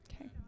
Okay